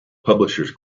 publishers